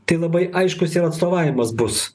tai labai aiškus ir atstovavimas bus